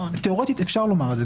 תיאורטית אפשר לומר את זה,